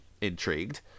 Intrigued